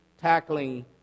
tackling